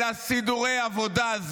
אלא סידורי עבודה.